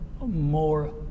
more